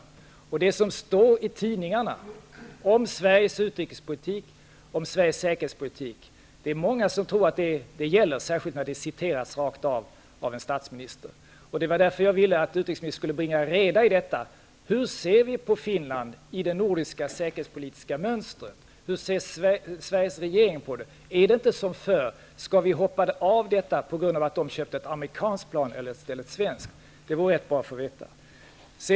Det finns många som tror att det som står i tidningarna om Sveriges utrikes och säkerhetspolitik gäller, särskilt när en statsminister citerar det rakt av utav en statsminister. Det var därför jag ville att utrikesministern skulle bringa reda i detta: Hur ser Sveriges regering på Finland i det nordiska säkerhetspolitiska mönstret? Är det inte som förr? Skall vi hoppa av våra gamla traditioner på grund av att Finland köpte ett amerikanskt plan i stället för ett svenskt? Det vore rätt bra att få veta.